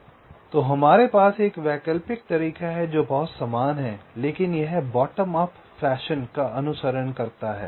तो हमारे पास एक वैकल्पिक तरीका है जो बहुत समान है लेकिन यह बॉटम अप फैशन का अनुसरण करता है